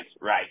right